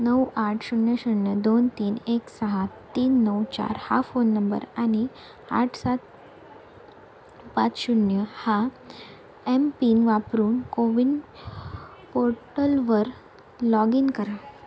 नऊ आठ शून्य शून्य दोन तीन एक सहा तीन नऊ चार हा फोन नंबर आणि आठ सात पाच शून्य हा एम पिन वापरून को विन पोर्टलवर लॉग इन करा